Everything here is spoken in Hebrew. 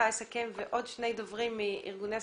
לסכם ולפני כן לשמוע עוד שני דוברים מארגוני הסביבה.